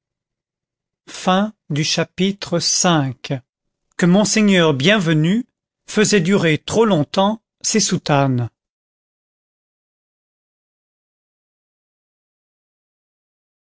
chapitre v que monseigneur bienvenu faisait durer trop longtemps ses soutanes